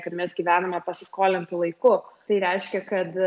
kad mes gyvename pasiskolintu laiku tai reiškia kad